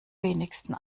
wenigsten